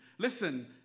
Listen